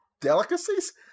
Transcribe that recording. delicacies